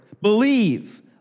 believe